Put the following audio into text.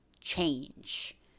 change